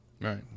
Right